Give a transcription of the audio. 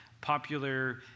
popular